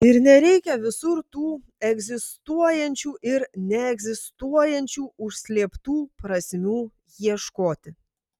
ir nereikia visur tų egzistuojančių ir neegzistuojančių užslėptų prasmių ieškoti